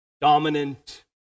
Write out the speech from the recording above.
Dominant